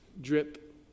drip